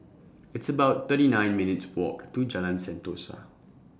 It's about thirty nine minutes' Walk to Jalan Sentosa